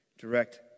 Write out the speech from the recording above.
direct